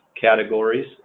Categories